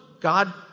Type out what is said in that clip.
God